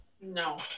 No